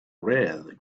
red